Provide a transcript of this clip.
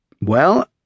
Well